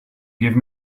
give